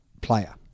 player